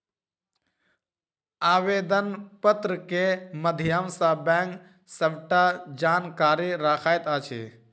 आवेदन पत्र के माध्यम सॅ बैंक सबटा जानकारी रखैत अछि